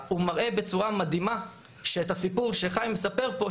הוא מראה בצורה מדהימה שאת הסיפור שחיים מספר פה,